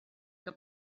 que